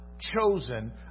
chosen